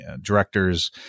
directors